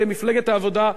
מפלגת העבודה,